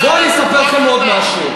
בוא אני אספר לכם עוד משהו.